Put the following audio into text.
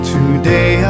Today